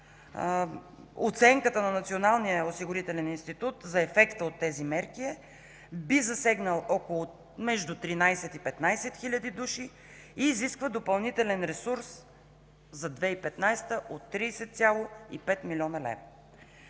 оценката на Националния осигурителен институт за ефекта от тези мерки е: би засегнал между 13 и 15 хиляди души и изисква допълнителен ресурс за 2015 г. от 30,5 млн. лв.